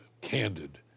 candid